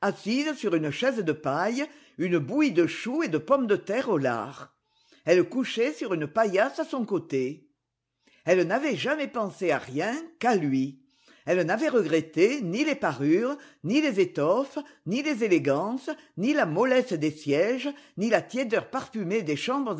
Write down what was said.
assise sur une chaise de paille une bouillie de choux et de pommes de terre au lard elle couchait sur une paillasse à son côté elle n'avait jamais pensé à rien qu'à lui elle n'avait regretté ni les parures ni les étoffes ni les élégances ni la mollesse des sièges ni la tiédeur parfumée des chambres